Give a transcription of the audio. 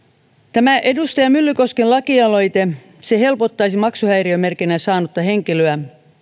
tämä edustaja myllykosken lakialoite helpottaisi maksuhäiriömerkinnän saanutta henkilöä